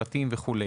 פרטים וכו'.